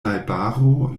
najbaro